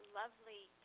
lovely